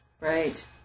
right